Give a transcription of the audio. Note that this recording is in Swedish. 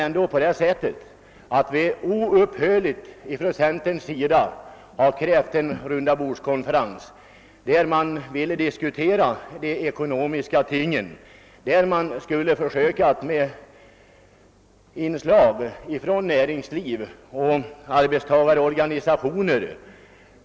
Men centern har oupphörligen krävt en rundabordskonferens för diskussion av de ekonomiska frågorna med representanter för bl.a. näringslivet och löntagarorganisationerna.